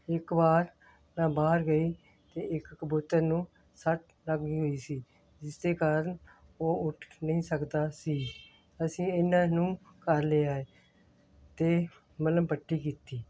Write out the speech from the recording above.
ਇੱਕ ਵਾਰ ਮੈਂ ਬਾਹਰ ਗਈ ਇੱਕ ਕਬੂਤਰ ਨੂੰ ਸੱਟ ਲੱਗੀ ਹੋਈ ਸੀ ਜਿਸ ਦੇ ਕਾਰਨ ਉਹ ਉੱਠ ਨਹੀਂ ਸਕਦਾ ਸੀ ਅਸੀਂ ਇਹਨਾਂ ਨੂੰ ਘਰ ਲੈ ਆਏ ਅਤੇ ਮੱਲ੍ਹਮ ਪੱਟੀ ਕੀਤੀ